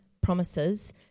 promises